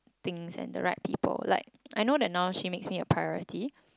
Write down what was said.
things and the right people like I know that now she makes me a priority